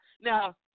Now